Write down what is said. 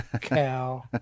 cow